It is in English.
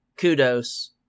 kudos